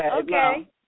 Okay